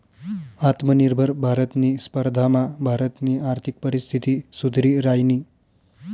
आत्मनिर्भर भारतनी स्पर्धामा भारतनी आर्थिक परिस्थिती सुधरि रायनी